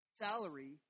salary